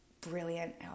brilliant